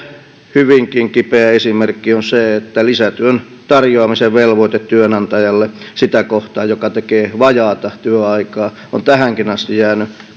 hyvinkin kipeä esimerkki on se että lisätyön tarjoamisen velvoite työnantajalle sitä kohtaan joka tekee vajaata työaikaa on tähänkin asti jäänyt